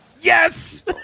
Yes